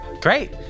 Great